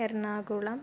Ernakulam